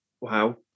Wow